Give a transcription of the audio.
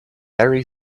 very